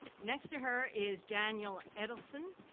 next to her is daniel edelson,